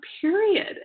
period